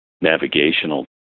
navigational